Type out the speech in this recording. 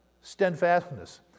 steadfastness